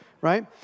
Right